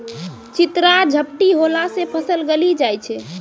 चित्रा झपटी होला से फसल गली जाय छै?